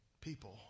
people